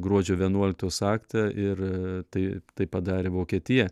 gruodžio vienuoliktos aktą ir tai tai padarė vokietija